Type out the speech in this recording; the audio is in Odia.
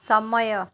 ସମୟ